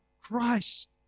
Christ